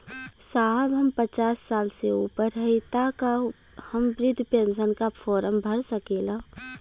साहब हम पचास साल से ऊपर हई ताका हम बृध पेंसन का फोरम भर सकेला?